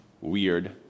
weird